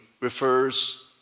refers